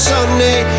Sunday